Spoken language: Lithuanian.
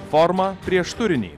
forma prieš turinį